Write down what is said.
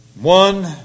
One